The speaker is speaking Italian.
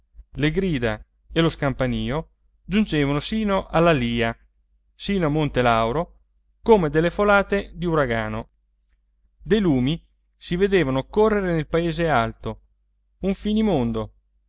le grida e lo scampanìo giungevano sino all'alìa sino a monte lauro come delle folate di uragano dei lumi si vedevano correre nel paese alto un finimondo